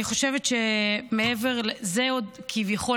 זה עוד כביכול,